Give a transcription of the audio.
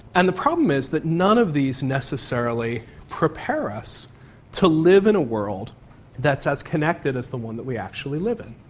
and the problem is that none of these necessarily prepare us to live in a world that's as connected as the one that we actually live in.